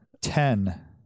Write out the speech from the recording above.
Ten